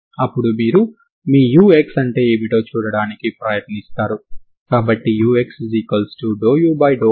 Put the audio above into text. కాబట్టి నేను దానిని ఈ రూపంలో ఉంచగలిగితే నా పొటెన్షియల్ ఎనర్జీ ఏమిటో గుర్తించగలం